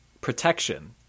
protection